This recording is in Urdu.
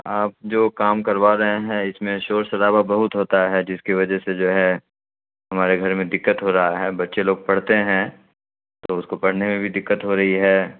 آپ جو کام کروا رہے ہیں اس میں شور شرابہ بہت ہوتا ہے جس کی وجہ سے جو ہے ہمارے گھر میں دقت ہو رہا ہے بچے لوگ پڑھتے ہیں تو اس کو پڑھنے میں بھی دقت ہو رہی ہے